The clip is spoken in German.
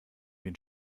den